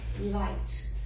Light